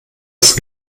ist